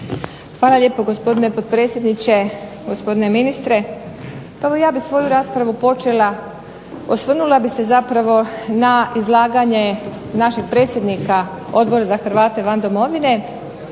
Hvala lijepo gospodine potpredsjedniče, gospodine ministre. Ja bih svoju raspravu počela osvrnula bih se zapravo na izlaganje našeg predsjednika Odbora za Hrvate izvan domovine